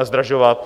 zdražovat.